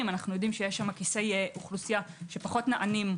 אנו יודעים שיש שם כיסי אוכלוסייה שפחות נענים.